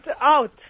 out